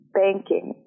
banking